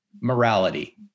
morality